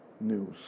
news